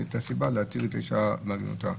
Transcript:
הסיבה להתיר אישה מעגינותה.